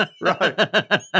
Right